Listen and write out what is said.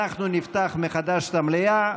אנחנו נפתח מחדש את המליאה.